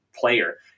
player